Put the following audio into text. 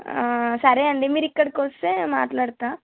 సరే అండి మీరు ఇక్కడికి వస్తే మాట్లాడతాను